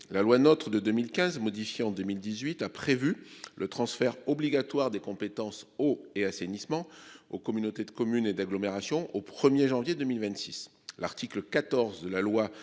la loi notre de 2015, modifiée en 2018 a prévu le transfert obligatoire des compétences eau et assainissement aux communautés de communes et d'agglomération au 1er janvier 2026, l'article 14 de la loi